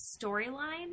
storyline